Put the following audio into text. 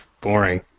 boring